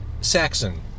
Saxon